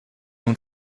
nun